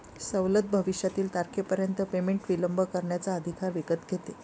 सवलत भविष्यातील तारखेपर्यंत पेमेंट विलंब करण्याचा अधिकार विकत घेते